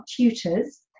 Tutors